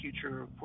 future